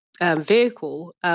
vehicle